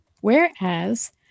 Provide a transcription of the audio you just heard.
whereas